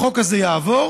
החוק הזה יעבור,